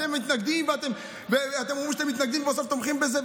אתם אומרים שאתם מתנגדים ובסוף תומכים בזה,